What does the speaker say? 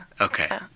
Okay